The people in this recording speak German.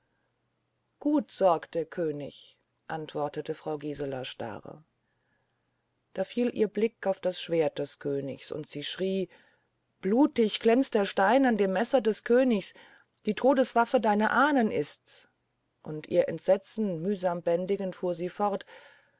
gut sorgte der könig antwortete frau gisela starr da fiel ihr blick auf das schwert des königs und sie schrie blutig glänzt der stein an dem messer des königs die todeswaffe deiner ahnen ist's und ihr entsetzen mühsam bändigend fuhr sie fort